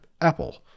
Apple